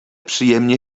przyjemnie